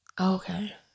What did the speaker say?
Okay